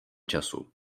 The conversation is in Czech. času